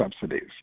subsidies